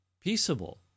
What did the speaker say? peaceable